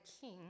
king